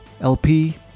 LP